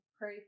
pray